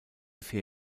vier